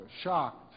shocked